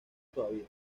todavía